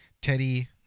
Teddy